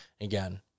Again